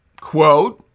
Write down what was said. quote